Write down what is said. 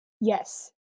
Yes